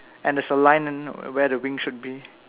and there's a line where the wing should be